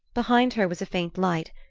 behind her was a faint light,